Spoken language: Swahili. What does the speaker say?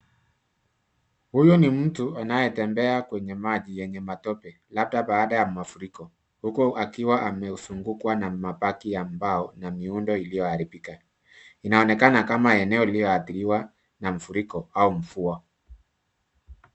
Huyu ni mtu anayetembea kwenye maji yenye matope labda baada ya mafuriko huku akiwa amezungukwa na mabaki ya mbao na miundo iliyoharibika. Inaonekana kama eneo lililoathiriwa na mafuriko au mvua.